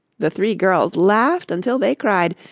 the three girls laughed until they cried,